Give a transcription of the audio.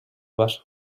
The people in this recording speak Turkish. var